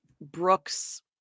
Brooks